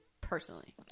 personally